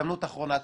הזדמנות אחרונה.